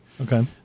Okay